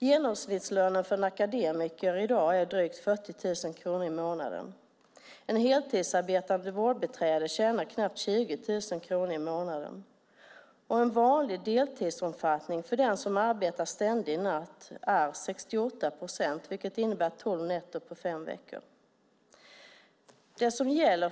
Genomsnittslönen för en akademiker är i dag drygt 40 000 kronor i månaden. Ett heltidsarbetande vårdbiträde tjänar knappt 20 000 kronor i månaden. En vanlig deltidsomfattning för den som arbetar ständig natt är 68 procent, vilket innebär tolv nätter på fem veckor.